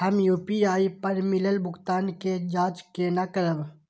हम यू.पी.आई पर मिलल भुगतान के जाँच केना करब?